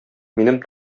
минем